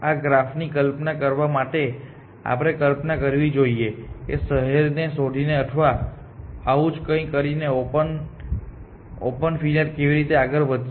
આ ગ્રાફ ની કલ્પના કરવા માટે આપણે કલ્પના કરવી જોઈએ કે શહેરને શોધીને અથવા આવું જ કંઈક કરીને ઓપનફ્રન્ટિયર કેવી રીતે આગળ વધશે